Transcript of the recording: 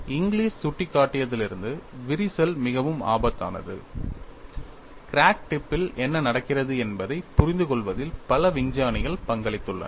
English சுட்டிக்காட்டியதிலிருந்து விரிசல் மிகவும் ஆபத்தானது கிராக் டிப் பில் என்ன நடக்கிறது என்பதைப் புரிந்துகொள்வதில் பல விஞ்ஞானிகள் பங்களித்துள்ளனர்